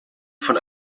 von